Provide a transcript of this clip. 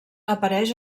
apareix